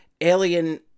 alien